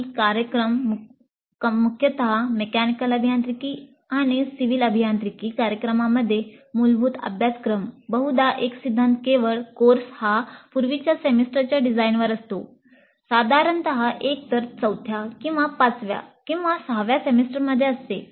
काही कार्यक्रम मुख्यत मेकॅनिकल अभियांत्रिकी आणि सिव्हिल अभियांत्रिकी कार्यक्रमांमध्ये मूलभूत अभ्यासक्रम बहुधा एक सिद्धांत केवळ कोर्स हा पूर्वीच्या सेमेस्टरच्या डिझाइनवर असतो साधारणत एकतर चौथ्या किंव्हा पाचव्या किंव्हा सहाव्या सेमेस्टरमध्ये असते